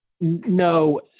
No